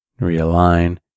realign